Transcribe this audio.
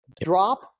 drop